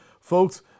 folks